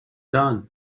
dawn